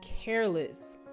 careless